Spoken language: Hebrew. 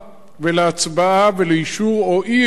ולהצבעה ולאישור או אי-אישור